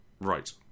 Right